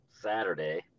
Saturday